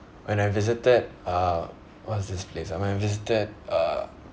when I visited uh what's this place when I visited uh